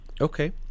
Okay